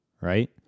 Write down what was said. right